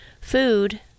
food